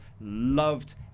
loved